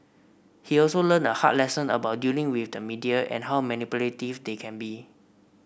he also learned a hard lesson about dealing with the media and how manipulative they can be